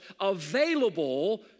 available